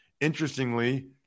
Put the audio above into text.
Interestingly